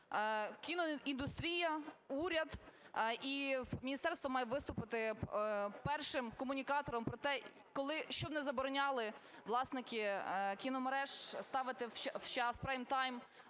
кіноіндустрія, уряд, і міністерство має виступити першим комунікатором про те, щоб не забороняли власники кіномереж ставити в час прайм-тайм